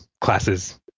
classes